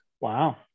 Wow